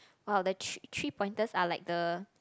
!wow! the three three pointers are like the